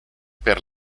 per